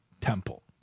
temple